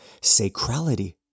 sacrality